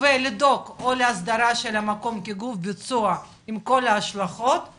ולדאוג או להסדרה של המקום כגוף ביצוע עם כל ההשלכות של